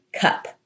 cup